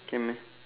can meh